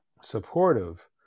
supportive